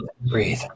breathe